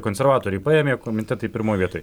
konservatoriai paėmė komitetai pirmoj vietoj